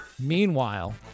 Meanwhile